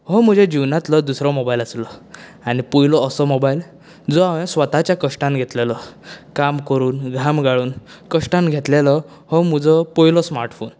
हो म्हज्या जिवनांतलो दुसरो मोबायल आसलो आनी पयलो असो मोबायल जो हांवेन स्वताच्या कश्टान घेतललो काम करुन घाम गाळून कश्टान घेतलेलो हो म्हजो पयलो स्मार्टफोन